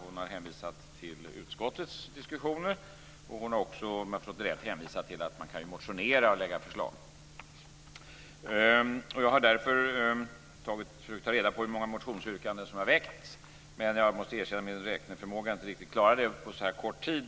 Hon har hänvisat till utskottets diskussioner, och hon har också, om jag har förstått det rätt, hänvisat till att man kan motionera och på så vis lägga fram förslag. Jag har därför försökt ta reda på hur många motionsyrkanden som har väckts. Jag måste dock erkänna att min räkneförmåga inte riktigt klarar det på så här kort tid.